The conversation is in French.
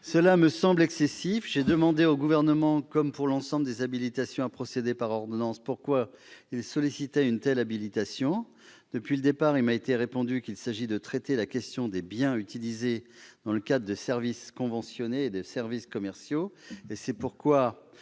me semble excessive. J'ai demandé au Gouvernement- je l'ai fait sur l'ensemble des habilitations à procéder par ordonnance -pourquoi il sollicitait une telle habilitation. Depuis le départ, il m'a été répondu qu'il s'agit de traiter la question des biens utilisés dans le cadre de services conventionnés et de services commerciaux.